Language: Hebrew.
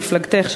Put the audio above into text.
ממפלגתך,